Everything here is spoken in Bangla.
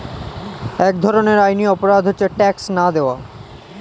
এক ধরনের আইনি অপরাধ হচ্ছে ট্যাক্স না দেওয়া